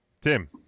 Tim